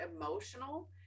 emotional